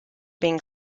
being